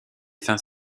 fins